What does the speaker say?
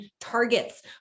targets